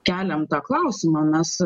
keliam tą klausimą mes